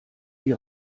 die